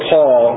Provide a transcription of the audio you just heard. Paul